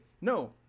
no